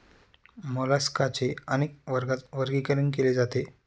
मोलास्काचे अनेक वर्गात वर्गीकरण केले जाते